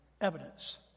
evidence